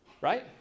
Right